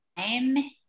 time